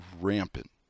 rampant